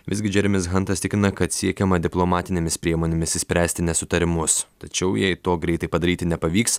visgi džeremis hantas tikina kad siekiama diplomatinėmis priemonėmis išspręsti nesutarimus tačiau jei to greitai padaryti nepavyks